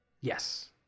yes